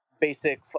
Basic